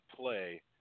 play